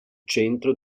centro